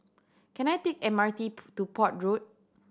can I take M R T to Port Road